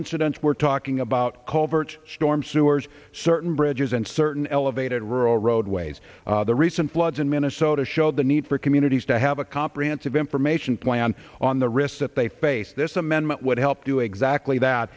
incidents we're talking about culverts storm sewers certain bridges and certain elevated rural roadways the recent floods in minnesota show the need for communities to have a comprehensive information plan on the risks that they face this amendment would help do exactly that